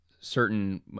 Certain